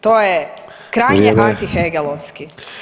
To je krajnje [[Upadica: Vrijeme.]] antihegelovski.